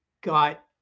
got